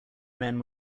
men